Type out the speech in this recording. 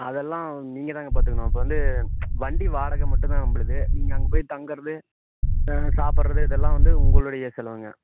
அதெல்லாம் நீங்கள்தாங்க பார்த்துக்கணும் இப்போ வந்து வண்டி வாடகை மட்டும் தான் நம்மளுது நீங்கள் அங்கே போய் தங்கறது சாப்புட்றது இதெல்லாம் வந்து உங்களுடைய செலவுங்க